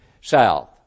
south